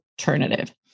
alternative